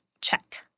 Check